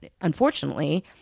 unfortunately